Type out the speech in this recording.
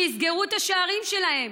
שיסגרו את השערים שלהם.